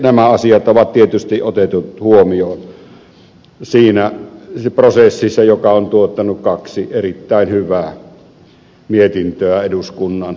nämä asiat ovat tietysti otetut huomioon siinä prosessissa joka on tuottanut kaksi erittäin hyvää mietintöä eduskunnan arvioitavaksi